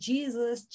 Jesus